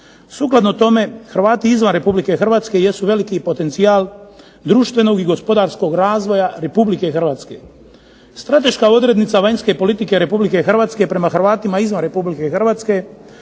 Sukladno tome Hrvati izvan Republike Hrvatske jesu veliki potencijal društvenog i gospodarskog razvoja Republike Hrvatske. Strateška odrednica vanjske politike Republike Hrvatske prema Hrvatima izvan Republike Hrvatske